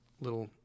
little